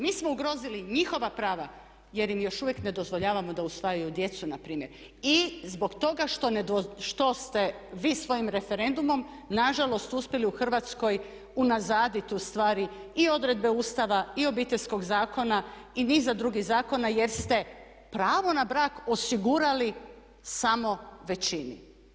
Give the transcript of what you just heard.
Mi smo ugrozili njihova prava jer im još uvijek ne dozvoljavamo da usvajaju djecu na primjer, i zbog toga što ste vi svojim referendumom nažalost uspjeli u Hrvatskoj unazaditi ustvari i odredbe Ustava i Obiteljskog zakona i niza drugih zakona jer ste pravo na brak osigurali samo većini.